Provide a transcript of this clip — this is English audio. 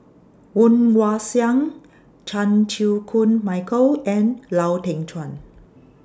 Woon Wah Siang Chan Chew Koon Michael and Lau Teng Chuan